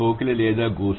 కోకిల లేదా గూస్